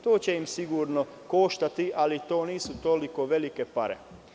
To će ih sigurno koštati, ali to nisu toliko velike pare.